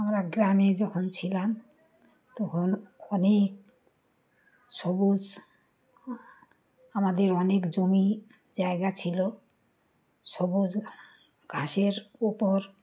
আমরা গ্রামে যখন ছিলাম তখন অনেক সবুজ আমাদের অনেক জমি জায়গা ছিলো সবুজ ঘাসের ওপর